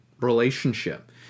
relationship